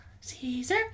Caesar